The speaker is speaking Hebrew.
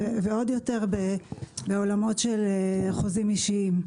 ועוד יותר בעולמות על חוזים אישיים.